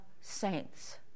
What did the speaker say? saints